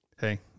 Hey